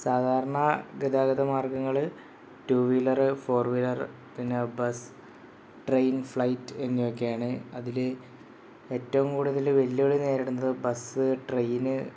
സാധാരണ ഗതാഗത മാർഗ്ഗങ്ങൾ റ്റു വീലറ് ഫോർ വീലർറ് പിന്നെ ബസ്സ് ട്രെയിൻ ഫ്ലൈറ്റ് എന്നിവയൊക്കെയാണ് അതിൽ ഏറ്റവും കൂടുതൽ വെല്ലുവിളി നേരിടുന്നത് ബസ്സ് ട്രെയിന്